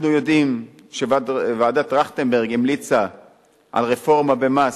אנחנו יודעים שוועדת-טרכטנברג המליצה על רפורמה במס,